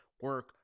Work